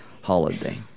holiday